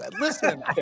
listen